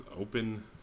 open